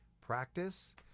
practice